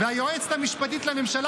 והיועצת המשפטית לממשלה,